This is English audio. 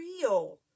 real